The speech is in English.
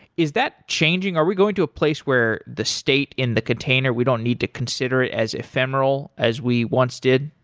is that changing? are we going to a place where the state in the container, we don't need to consider it as ephemeral as we once did?